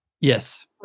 Yes